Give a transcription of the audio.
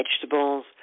vegetables